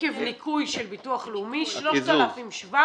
עקב ניכוי של ביטוח לאומי 3,700